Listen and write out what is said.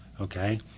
okay